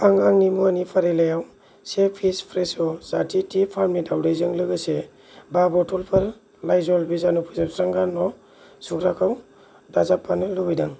आं आंनि मुवानि फारिलाइयाव से पिस फ्रेश' जाथि थि फार्मनि दावदैजों लोगोसे बा बथ'लफोर लाइजल बिजानु फोजोबस्रांग्रा न' सुग्राखौ दाजाबफानो लुबैदों